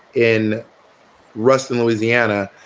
in rustin, louisiana.